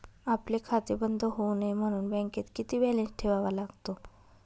आपले खाते बंद होऊ नये म्हणून बँकेत किती बॅलन्स ठेवावा लागतो?